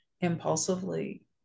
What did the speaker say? impulsively